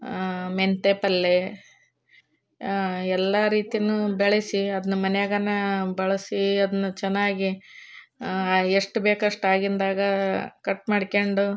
ಮೆಂತ್ಯೆ ಪಲ್ಲೆ ಎಲ್ಲ ರೀತಿ ಬೆಳೆಸಿ ಅದನ್ನ ಮನಿಯಾಗೆ ಬಳಸಿ ಅದನ್ನ ಚೆನ್ನಾಗಿ ಎಷ್ಟು ಬೇಕಷ್ಟು ಆಗಿಂದಾಗೆ ಕಟ್ ಮಾಡ್ಕೊಂಡು